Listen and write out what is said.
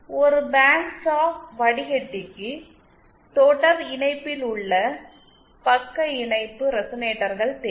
ஒரு band stop வடிகட்டிக்கு தொடர் இணைப்பில் உள்ள பக்க இணைப்பு ரெசனேட்டர்கள் தேவை